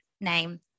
name